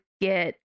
get